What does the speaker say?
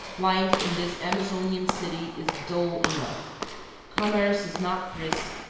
life in this amazonian city is dull enough commerce is not brisk,